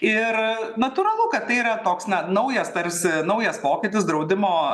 ir natūralu kad tai yra toks na naujas tarsi naujas pokytis draudimo